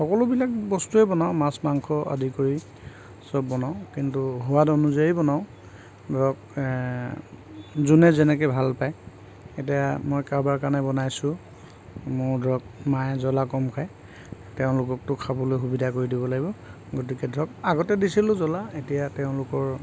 সকলোবিলাক বস্তুৱে বনাওঁ মাছ মাংস আদি কৰি চব বনাওঁ কিন্তু সোৱাদ অনুযায়ী বনাওঁ ধৰক যোনে যেনেকৈ ভাল পায় এতিয়া মই কাৰোবাৰ কাৰণে বনাইছোঁ মোৰ ধৰক মায়ে জলা কম খায় তেওঁলোককতো খাবলৈ সুবিধা কৰি দিব লাগিব গতিকে ধৰক আগতে দিছিলোঁ জলা এতিয়া তেওঁলোকৰ